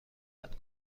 کند